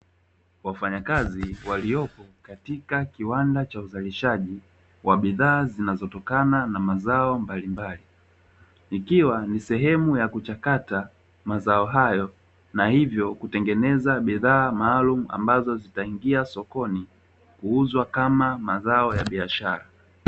Wafanyakazi waliopo katika kiwanda cha uzalishaji wa bidhaa zinazotokana na mazao mbalimbali, ikiwa nali sehemu ya kuchakata mazao hayo, na hivyo kutengeneza bidhaa maalumu ambazo zitaingizwa sokoni, kuuzwa kama mazao ya biashara.